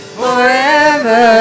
forever